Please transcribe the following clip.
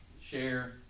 share